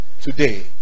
today